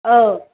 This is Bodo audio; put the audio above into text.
औ